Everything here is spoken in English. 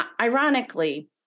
ironically